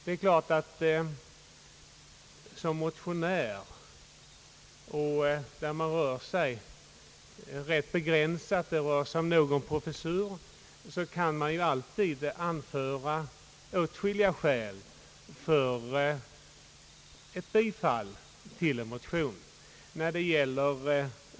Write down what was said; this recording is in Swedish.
En motionär kan alltid — speciellt när det rör sig om endast någon enstaka professur — finna åtskilliga skäl för bifall till sin framställning.